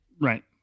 Right